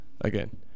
Again